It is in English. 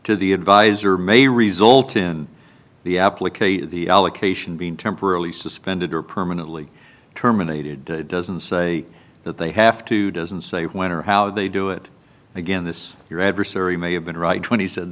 to the advisor may result in the application the allocation being temporarily suspended or permanently terminated doesn't say that they have to doesn't say when or how they do it again this your adversary may have been right when he said